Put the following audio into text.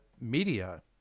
media